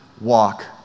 walk